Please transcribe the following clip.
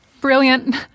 brilliant